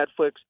Netflix